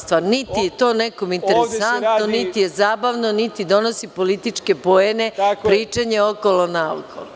Stvarno, niti je to nekome interesantno, niti je zabavno, niti donosi političke poene, pričanje okolo naokolo.